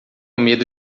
medo